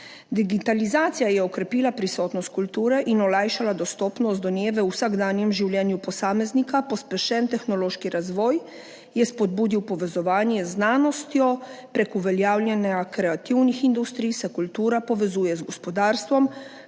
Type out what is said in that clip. Digitalizacija je okrepila prisotnost kulture in olajšala dostopnost do nje v vsakdanjem življenju posameznika. Pospešen tehnološki razvoj je spodbudil povezovanje z znanostjo. Prek uveljavljanja kreativnih industrij se kultura povezuje z gospodarstvom.